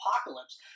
Apocalypse